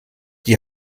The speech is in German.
die